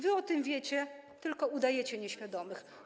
Wy o tym wiecie, tylko udajecie nieświadomych.